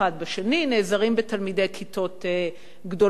נעזרים בתלמידי כיתות גדולות יותר,